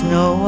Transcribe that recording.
no